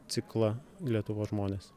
ciklą lietuvos žmonės